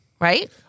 right